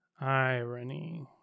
Irony